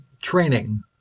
training